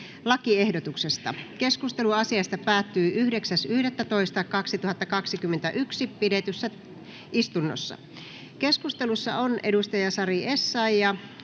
lakiehdotuksesta. Keskustelu asiasta päättyi 9.11.2021 pidetyssä täysistunnossa. Keskustelussa on Sari Essayah